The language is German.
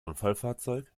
unfallfahrzeug